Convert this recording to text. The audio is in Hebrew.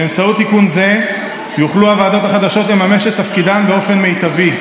באמצעות תיקון זה יוכלו הוועדות החדשות לממש את תפקידן באופן מיטבי.